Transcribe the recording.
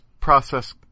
process